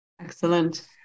Excellent